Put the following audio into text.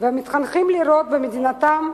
לראות במדינתם,